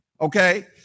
Okay